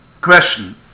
Question